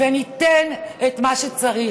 וניתן את מה שצריך.